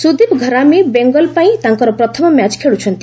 Sudip Gharami Bengal ପାଇଁ ତାଙ୍କର ପ୍ରଥମ ମ୍ୟାଚ୍ ଖେଳୁଛନ୍ତି